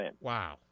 Wow